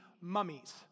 mummies